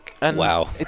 Wow